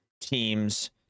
teams